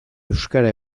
euskara